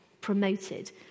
promoted